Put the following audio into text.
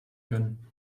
können